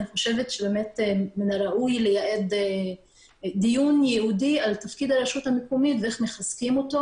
לדעתי מן הראוי לייעד דיון על תפקיד הרשות המקומית ואיך מחזקים אותה.